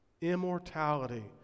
immortality